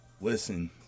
Listen